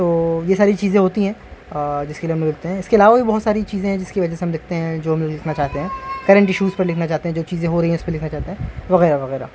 تو یہ ساری چیزیں ہوتی ہیں جس کے لیے ہم لکھتے ہیں اس کے علاوہ بھی بہت ساری چیزیں جس کی وجہ سے ہم لکھتے ہیں جو ہم لکھنا چاہتے ہیں کرنٹ ایشوز پر لکھنا چاہتے ہیں جو چیزیں ہو رہی ہیں اس پہ لکھنا چاہتے ہیں وغیرہ وغیرہ